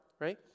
right